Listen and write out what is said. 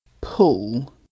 pull